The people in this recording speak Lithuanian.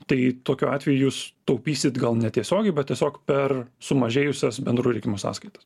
tai tokiu atveju jūs taupysit gal netiesiogiai bet tiesiog per sumažėjusias bendrų reikmių sąskaitas